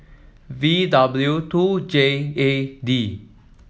V W two J A D